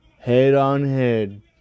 head-on-head